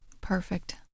Perfect